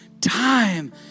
time